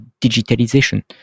digitalization